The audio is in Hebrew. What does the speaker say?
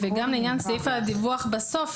גם לעניין סעיף הדיווח בסוף,